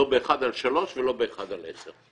לא באחד על שלושה ולא באחד על עשרה.